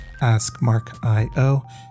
AskMarkIO